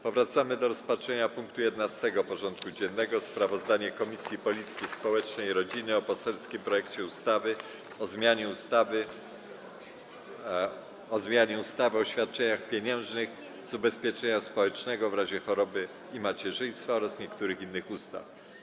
Powracamy do rozpatrzenia punktu 11. porządku dziennego: Sprawozdanie Komisji Polityki Społecznej i Rodziny o poselskim projekcie ustawy o zmianie ustawy o zmianie ustawy o świadczeniach pieniężnych z ubezpieczenia społecznego w razie choroby i macierzyństwa oraz niektórych innych ustaw.